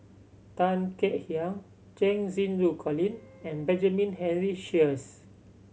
Tan Kek Hiang Cheng Xinru Colin and Benjamin Henry Sheares